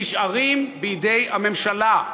נשארים בידי הממשלה,